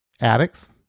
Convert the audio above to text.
addicts